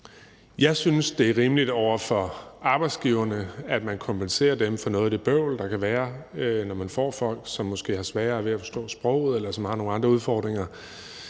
Jeg synes, det er rimeligt over for arbejdsgiverne, at man kompenserer dem for noget af det bøvl, der kan være, når man får folk, som måske har sværere ved at forstå sproget, eller som har nogle andre udfordringer.